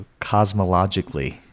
cosmologically